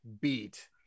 beat